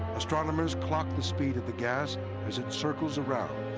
astronomers clocked the speed of the gas as it circles around,